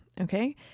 okay